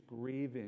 grieving